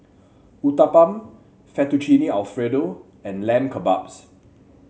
Uthapam Fettuccine Alfredo and Lamb Kebabs